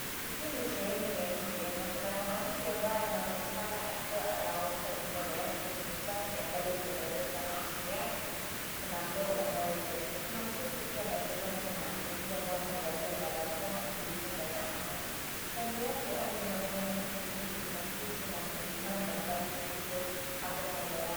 Hii ni sehemu ya nje, na kuna mwanamke anaonekana anaosha mikono yake kwenye tanki limewekwa na chini yake, kuna ndoo ambayo imewekwa. Kuna mtoto pia anatazama mwanamke huyu aliyevalia barakoa na kujifunga shuka. Kando yake nyuma ya mwanamke huyo kuna kiti na kibanda ambacho kiko hapo kando yake.